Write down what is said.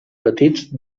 petits